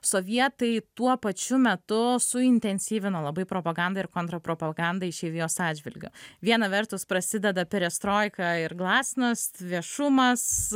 sovietai tuo pačiu metu suintensyvino labai propagandą ir kontrpropagandą išeivijos atžvilgiu viena vertus prasideda perestroika ir glasnas viešumas